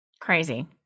Crazy